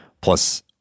Plus